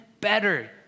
better